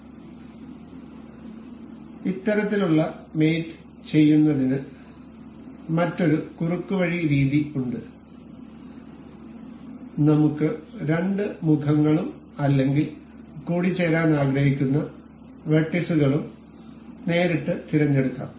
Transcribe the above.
അതിനാൽ ഇത്തരത്തിലുള്ള മേറ്റ് ചെയ്യുന്നതിന് മറ്റൊരു കുറുക്കുവഴി രീതി ഉണ്ട് നമുക്ക് രണ്ട് മുഖങ്ങളും അല്ലെങ്കിൽ കൂടിച്ചേരാൻ ആഗ്രഹിക്കുന്ന വെർട്ടീസുകളും നേരിട്ട് തിരഞ്ഞെടുക്കാം